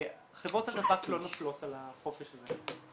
חברות הטבק לא נופלות על החופש הזה,